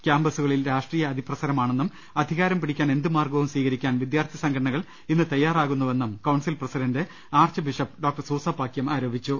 ക്യാമ്പസുകളിൽ രാഷ്ട്രീയ അതിപ്രസരമാ ണെന്നും അധികാരം പിടിക്കാൻ എന്തുമാർഗ്ഗവും സ്വീകരിക്കാൻ വിദ്യാർത്ഥി സംഘ ടനകൾ ഇന്ന് തയ്യാറാകുന്നുവെന്നും council president archbishop doctor Soosapakiam ആരോപിച്ചു